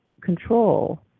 control